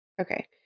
Okay